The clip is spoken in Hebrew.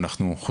לדעתנו,